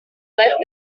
left